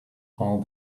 all